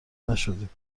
نشدیم